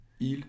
Il